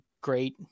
great